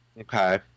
Okay